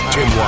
Tim